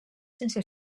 sense